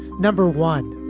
number one,